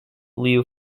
liu